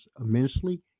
immensely